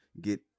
get